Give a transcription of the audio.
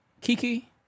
Kiki